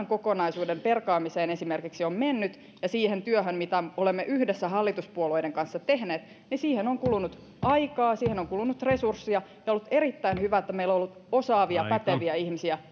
kokonaisuuden perkaamiseen on mennyt ja siihen työhön mitä olemme yhdessä hallituspuolueiden kanssa tehneet on kulunut aikaa siihen on kulunut resursseja ja on ollut erittäin hyvä että meillä on ollut osaavia päteviä ihmisiä